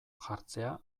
jartzea